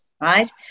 right